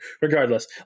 regardless